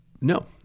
No